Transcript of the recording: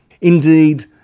indeed